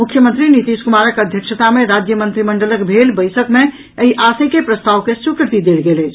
मुख्यमंत्री नीतीश कुमारक अध्यक्षता मे राज्य मंत्रिमंडलक भेल बैसक मे एहि आशय के प्रस्ताव के स्वीकृति देल गेल अछि